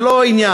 זה לא העניין,